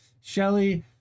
Shelly